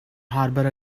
harbour